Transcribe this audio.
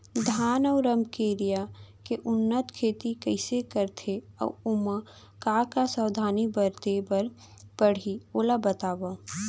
धान अऊ रमकेरिया के उन्नत खेती कइसे करथे अऊ ओमा का का सावधानी बरते बर परहि ओला बतावव?